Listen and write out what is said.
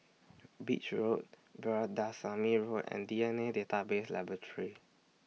Beach Road Veerasamy Road and D N A Database Laboratory